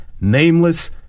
Nameless